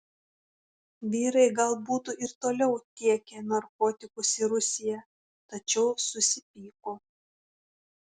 vyrai gal būtų ir toliau tiekę narkotikus į rusiją tačiau susipyko